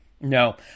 No